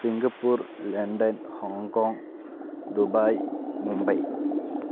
Singapore London Hong Kong Dubai Mumbai